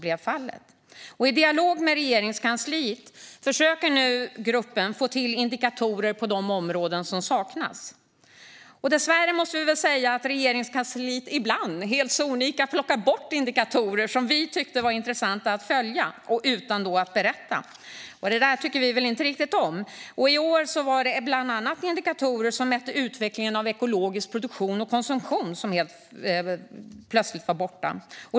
I dialog med Regeringskansliet försöker gruppen nu att få till indikatorer på de områden där det saknas. Men dessvärre händer det ibland att Regeringskansliet helt sonika plockar bort indikatorer som vi tyckte var intressanta att följa utan att berätta varför. Detta tycker vi inte riktigt om. I år gällde det bland annat indikatorer som mätte utvecklingen av ekologisk produktion och konsumtion. Dessa var helt plötsligt borta.